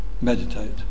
meditate